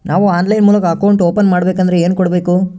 ನಾವು ಆನ್ಲೈನ್ ಮೂಲಕ account open ಮಾಡಬೇಂಕದ್ರ ಏನು ಕೊಡಬೇಕು?